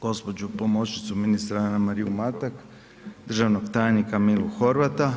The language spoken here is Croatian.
Gđu. pomoćnicu ministra Anamariju Matak, državnog tajnika Milu Horvata.